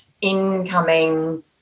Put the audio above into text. incoming